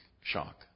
shock